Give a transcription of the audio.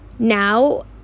Now